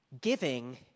Giving